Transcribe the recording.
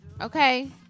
Okay